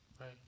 Right